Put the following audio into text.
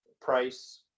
price